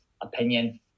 opinion